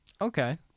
Okay